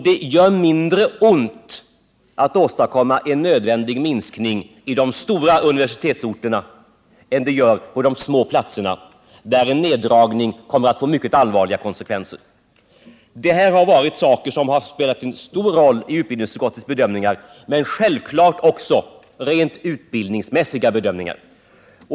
Det gör mindre ont för de stora universitetsorterna att genomföra en nödvändig minskning än det gör för de små platserna, där en neddragning kommer att få mycket allvarliga konsekvenser. Sådana här resonemang har spelat en stor roll i utbildningsutskottets bedömningar, men detta har naturligtvis varit fallet också när det gällt rent utbildningsmässiga aspekter.